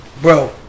Bro